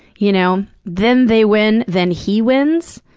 you know then they win, then he wins,